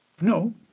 No